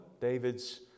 David's